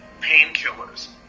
painkillers